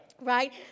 right